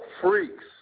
freaks